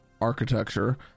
architecture